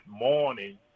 morning